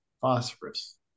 phosphorus